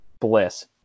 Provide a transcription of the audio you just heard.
bliss